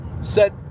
set